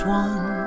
one